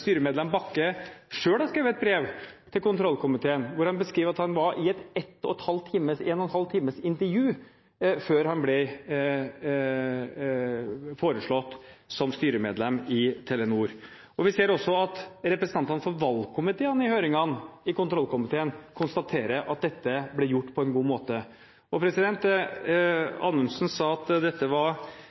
styremedlem Bakke selv har skrevet et brev til kontrollkomiteen hvor han beskriver at han var i et 1,5 times langt intervju før han ble foreslått som styremedlem i Telenor. Og vi ser også at representantene for valgkomiteene i høringene i kontrollkomiteen konstaterer at dette ble gjort på en god måte. Anundsen sa at dette